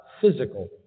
physical